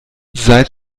seit